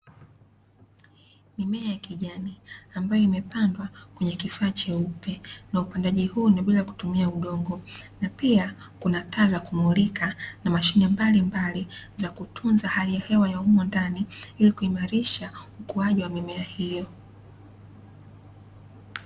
Mimea ya kijani ambayo imepandwa kwenye kifaa cheupe na upandaji huu ni bila ya kutumia udongo na pia kuna taa za kumulika na mashine mbalimbali za kutunza hali ya hewa ya humo ndani ili kuimarisha ukuaji wa mimea hiyo.